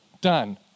done